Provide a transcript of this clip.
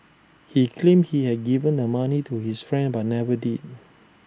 he claimed he had given the money to his friend but never did